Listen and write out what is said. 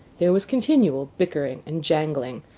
there was continual bickering and jangling.